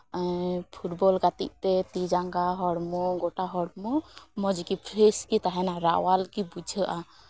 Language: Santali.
ᱯᱷᱩᱴᱵᱚᱞ ᱜᱟᱛᱮᱜ ᱛᱮ ᱛᱤ ᱡᱟᱸᱜᱟ ᱦᱚᱲᱢᱚ ᱜᱳᱴᱟ ᱦᱚᱲᱢᱚ ᱢᱚᱡᱽ ᱜᱮ ᱯᱷᱨᱮᱹᱥ ᱜᱮ ᱛᱟᱦᱮᱱᱟ ᱨᱟᱣᱟᱞ ᱜᱮ ᱵᱩᱡᱷᱟᱹᱜᱼᱟ